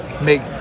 make